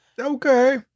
Okay